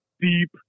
deep